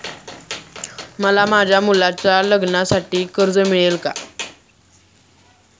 मला माझ्या मुलाच्या लग्नासाठी कर्ज मिळेल का?